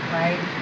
right